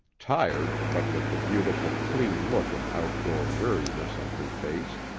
tired, but with the beautiful, clean look of outdoor weariness on her face,